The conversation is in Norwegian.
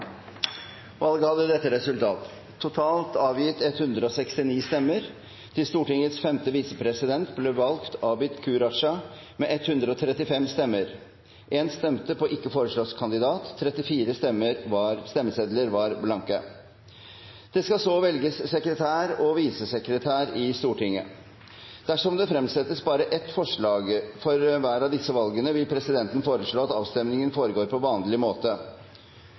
Valget hadde dette resultat: Det ble avgitt totalt 169 stemmer. Til Stortingets femte visepresident ble valgt Abid Q. Raja med 135 stemmer. For en ikke foreslått kandidat ble det avgitt 1 stemme. 33 stemmesedler var blanke. Det skal så velges sekretær og visesekretær i Stortinget. Dersom det fremsettes bare ett forslag ved hvert av disse valgene, vil presidenten foreslå at avstemningen foregår på vanlig måte.